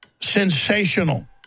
sensational